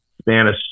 spanish